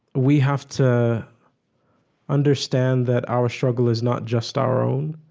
we have to understand that our struggle is not just our own.